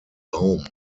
baum